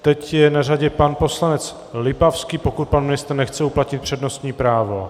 Teď je na řadě pan poslanec Lipavský, pokud pan ministr nechce uplatnit přednostní právo.